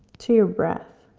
to your breath.